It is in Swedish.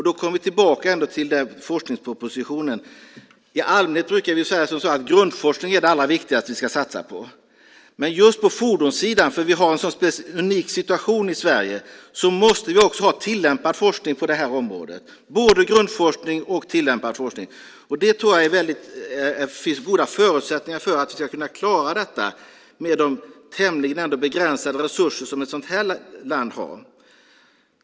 Då kommer vi tillbaka till forskningspropositionen. I allmänhet brukar vi säga att grundforskningen är det allra viktigaste som vi ska satsa på. Men eftersom vi har en så unik situation i Sverige på just fordonssidan måste vi ha både grundforskning och tillämpad forskning på det här området. Jag tror att det finns goda förutsättningar att vi ska klara detta med de ändå tämligen begränsade resurser som ett sådant här land har.